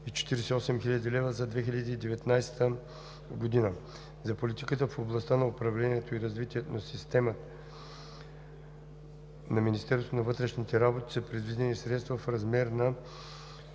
48 хил. лв. за 2019 г. За политиката в областта на управлението и развитието на системата на Министерството на вътрешните са предвидени средства в размер на